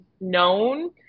known